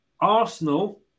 Arsenal